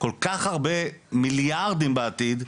כל כך הרבה מיליארדים בעתיד.